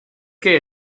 qué